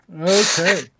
Okay